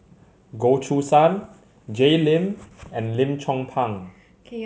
Goh Choo San Jay Lim and Lim Chong Pang